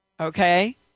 okay